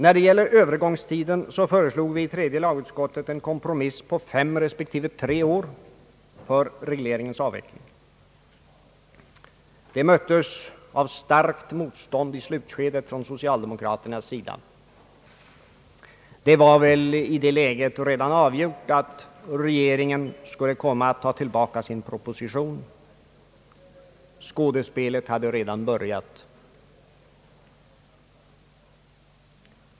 När det gäller övergångstiden så föreslog vi i tredje lagutskottet en kompromiss på fem respektive tre år för regleringens avveckling. Det möttes i slutskedet av starkt motstånd från socialdemokraternas sida. Det var väl i det läget redan avgjort att regeringen skulle komma att ta tillbaka sin proposition. Skådespelet hade redan börjat.